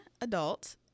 adult